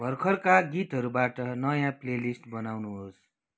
भर्खरका गीतहरूबाट नयाँ प्लेलिस्ट बनाउनुहोस्